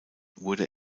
wurde